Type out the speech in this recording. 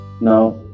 Now